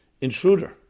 intruder